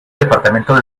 departamentos